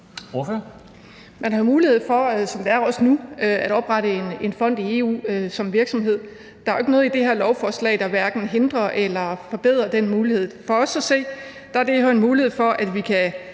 mulighed for, som det også er nu, at oprette en fond i EU. Der er jo ikke noget i det her lovforslag, der hverken hindrer eller forbedrer den mulighed. For os at se er det her en mulighed for, at danske